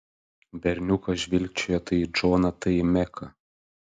berniukas žvilgčiojo tai į džoną tai į meką